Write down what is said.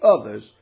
others